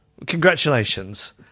Congratulations